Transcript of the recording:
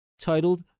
titled